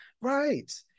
Right